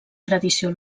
tradició